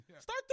Start